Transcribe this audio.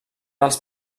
dels